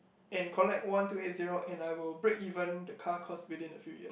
and collect one two eight zero and I will break even the car cost within a few years